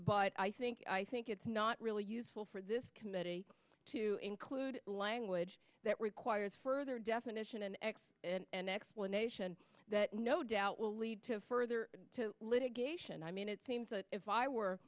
but i think i think it's not really useful for this committee to include language that requires further definition an x and explanation that no doubt will lead to further to litigation i mean it seems that if i were